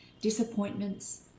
disappointments